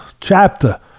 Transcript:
chapter